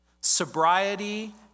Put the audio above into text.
Sobriety